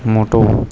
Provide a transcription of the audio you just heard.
મોટો